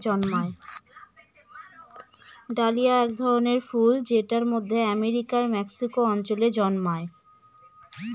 dahlia এক ধরনের ফুল যেটা মধ্য আমেরিকার মেক্সিকো অঞ্চলে জন্মায়